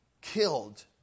killed